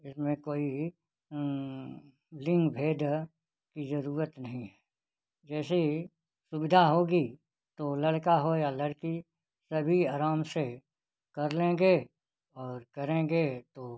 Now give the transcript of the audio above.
इसमें कोई लिंग भेद जरूरत नहीं है जैसे सुविधा होगी वो लड़का हो या लड़की सभी आराम से कर लेंगे और करेंगे तो